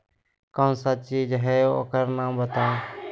कौन सा चीज है ओकर नाम बताऊ?